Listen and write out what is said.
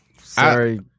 Sorry